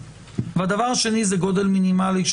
והדבר השני זה גודל מינימלי.